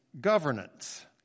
governance